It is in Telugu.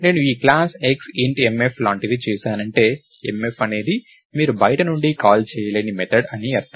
నేను ఈ క్లాస్ X int mf లాంటిది చేశానంటే mf అనేది మీరు బయటి నుండి కాల్ చేయలేని మెథడ్ అని అర్థం